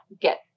get